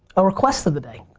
a requested the day.